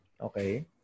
Okay